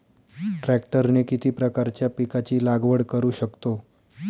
ट्रॅक्टरने किती प्रकारच्या पिकाची लागवड करु शकतो?